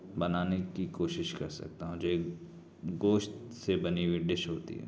بنانے کی کوشش کر سکتا ہوں جو ایک گوشت سے بنی ہوئی ڈش ہوتی ہے